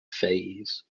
fays